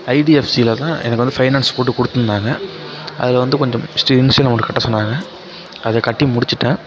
ஐடிஎப்சியில தான் எனக்கு வந்து பைனான்ஸ் போட்டு கொடுத்துருந்தாங்க அதில் வந்து கொஞ்சம் ஃபர்ஸ்ட்டு இனிஷியல் அமௌண்ட் கட்ட சொன்னாங்க அதை கட்டி முடிச்சிவிட்டன்